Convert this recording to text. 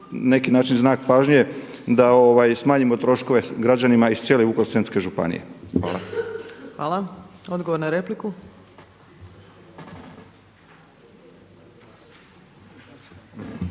neki način znak pažnje da smanjimo troškove građanima iz cijele Vukovarsko-srijemske županije. Hvala. **Opačić,